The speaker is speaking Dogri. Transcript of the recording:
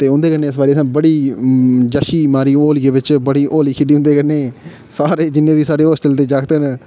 ते उ'न्दे कन्नै इस बारी असें बड़ी जैशी मारी होलिये बिच बड़ी होली खेढी उं'दे कन्नै सारे जि'न्ने बी सारे हॉस्टल दे जागत न